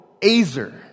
azer